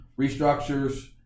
restructures